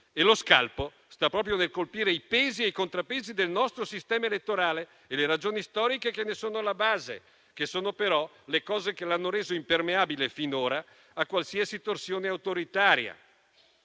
Lo scalpo sta proprio nel colpire i pesi e i contrappesi del nostro sistema elettorale e le ragioni storiche che ne sono alla base, che sono però le ragioni che l'hanno reso impermeabile, finora, a qualsiasi torsione autoritaria.